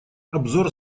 обзор